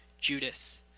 Judas